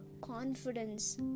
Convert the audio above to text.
confidence